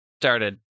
started